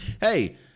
Hey